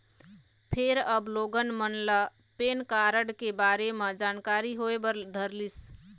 फेर अब लोगन मन ल पेन कारड के बारे म जानकारी होय बर धरलिस